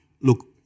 Look